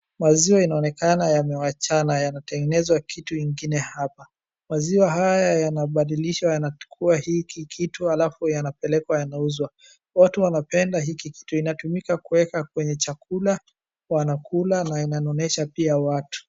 Maziwa inaonekana yamewachana, yanatengenezwa kitu ingine hapa. Maziwa haya yanabadilishwa yanakuwa hiki kitu alafu yanapelekwa yanauzwa. Watu wanapenda hiki kitu. Inatumika kueka kwenye chakula, wanakula na inanonesha pia watu.